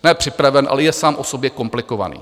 Ne připraven, ale je sám o sobě komplikovaný.